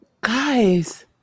guys